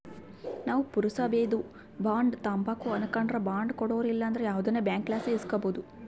ನಾವು ಪುರಸಬೇದು ಬಾಂಡ್ ತಾಂಬಕು ಅನಕಂಡ್ರ ಬಾಂಡ್ ಕೊಡೋರು ಇಲ್ಲಂದ್ರ ಯಾವ್ದನ ಬ್ಯಾಂಕ್ಲಾಸಿ ಇಸ್ಕಬೋದು